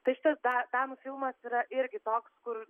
tai šitas da danų filmas yra irgi toks kur